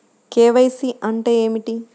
KYC అంటే ఏమిటి?